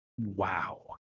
Wow